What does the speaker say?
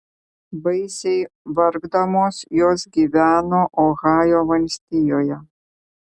baisiai vargdamos jos gyveno ohajo valstijoje